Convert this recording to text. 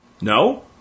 No